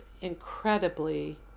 incredibly